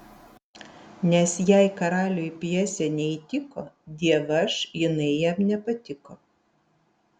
nes jei karaliui pjesė neįtiko dievaž jinai jam nepatiko